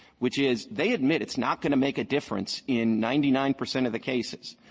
which is, they admit it's not going to make a difference in ninety nine percent of the cases.